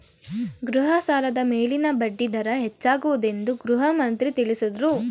ಗೃಹ ಸಾಲದ ಮೇಲಿನ ಬಡ್ಡಿ ದರ ಹೆಚ್ಚಾಗುವುದೆಂದು ಗೃಹಮಂತ್ರಿ ತಿಳಸದ್ರು